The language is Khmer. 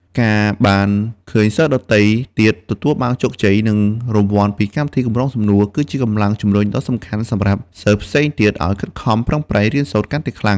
ការបានឃើញសិស្សដទៃទៀតទទួលបានជោគជ័យ និងរង្វាន់ពីកម្មវិធីកម្រងសំណួរ គឺជាកម្លាំងជំរុញដ៏សំខាន់សម្រាប់សិស្សផ្សេងទៀតឲ្យខិតខំប្រឹងប្រែងរៀនសូត្រកាន់តែខ្លាំង។